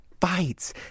fights